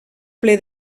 ple